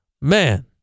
Man